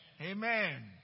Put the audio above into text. Amen